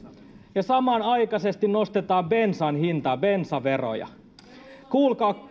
ja samanaikaisesti nostetaan bensan hintaa bensaveroja kuulkaa